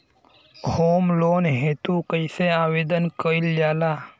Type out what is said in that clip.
Home loan हेतु कइसे आवेदन कइल जाला?